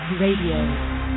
Radio